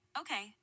Okay